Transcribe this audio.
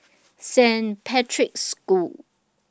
Saint Patrick's School